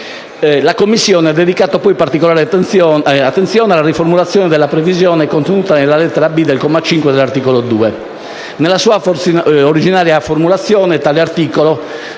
La Commissione ha dedicato poi particolare attenzione alla riformulazione della previsione contenuta nella lettera *b)* del comma 5 dell'articolo 2. Nella sua formulazione originaria tale articolo